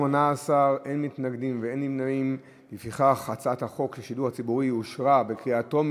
את הצעת חוק השידור הציבורי (תיקון,